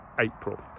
April